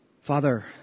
Father